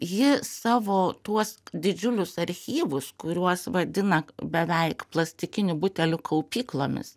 ji savo tuos didžiulius archyvus kuriuos vadina beveik plastikinių butelių kaupyklomis